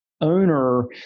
owner